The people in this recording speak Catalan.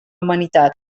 humanitat